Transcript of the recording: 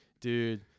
dude